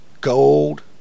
gold